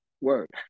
Word